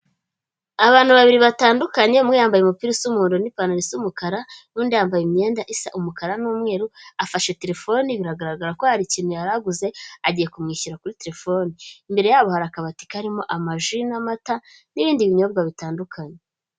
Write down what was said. Abantu babiri batandukanye umwe yambaye umupira usa umugondo n'ipantaro y'umukara, n'undi yambaye imyenda isa umukara n'umweru, afashe telefoni biragaragara ko hari ikintu yaraguze agiye kumwishyira kuri telefoni, imbere yabo hari akabati karimo amaji n'amata n'ibindi binyobwa bitandukanye.